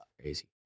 Crazy